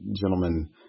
gentlemen